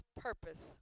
purpose